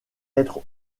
être